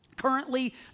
Currently